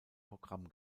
programm